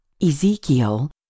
Ezekiel